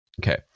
Okay